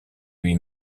lui